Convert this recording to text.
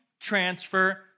transfer